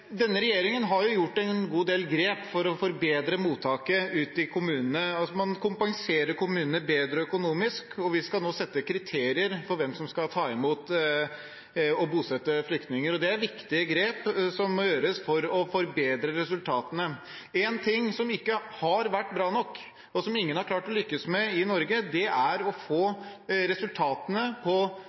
Denne regjeringen har gjort en god del grep for å forbedre mottaket ute i kommunene. Man kompenserer kommunene bedre økonomisk, og vi skal nå sette kriterier for hvem som skal ta imot og bosette flyktninger. Det er viktige grep som må gjøres for å forbedre resultatene. En ting som ikke har vært bra nok, og som ingen har klart å lykkes med i Norge, er å få gode nok resultater på